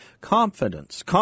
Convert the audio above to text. confidence